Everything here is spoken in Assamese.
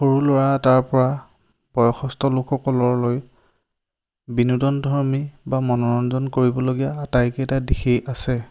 সৰু ল'ৰা এটাৰ পৰা বয়সস্থ লোকসকললৈ বিনোদন ধৰ্মী বা মনোৰঞ্জন কৰিবলগীয়া আটাইকেইটা দিশেই আছে